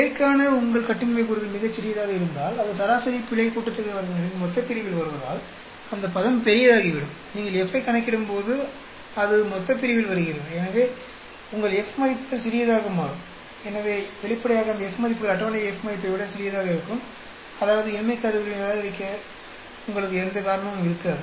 பிழைக்கான உங்கள் கட்டின்மை கூறுகள் மிகச் சிறியதாக இருந்தால் அது சராசரி பிழை கூட்டுத்தொகை வர்க்கங்களின் மொத்தப்பிரிவில் வருவதால் அந்த பதம் பெரியதாகிவிடும் மீண்டும் நீங்கள் F ஐக் கணக்கிடும்போது அது மொத்தப்பிரிவில் வருகிறது எனவே உங்கள் F மதிப்புகள் சிறியதாக மாறும் எனவே வெளிப்படையாக அந்த F மதிப்புகள் அட்டவணை F மதிப்பை விட சிறியதாக இருக்கும் அதாவது இன்மை கருதுகோளை நிராகரிக்க உங்களுக்கு எந்த காரணமும் இருக்காது